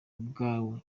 bwawe